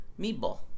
Meatball